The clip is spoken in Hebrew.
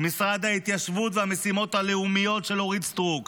משרד ההתיישבות והמשימות הלאומיות של אורית סטרוק,